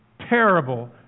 Terrible